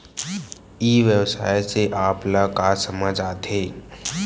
ई व्यवसाय से आप ल का समझ आथे?